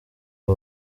ubu